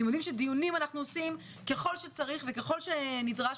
אתם יודעים שדיונים אנחנו עושים ככל שצריך וככל שנדרש